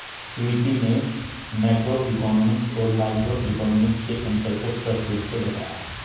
स्वीटी ने मैक्रोइकॉनॉमिक्स और माइक्रोइकॉनॉमिक्स के अन्तर को स्पष्ट रूप से बताया